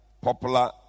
popular